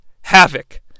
Havoc